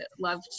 love